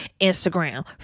Instagram